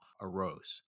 arose